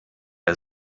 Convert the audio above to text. der